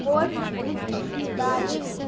coach daniel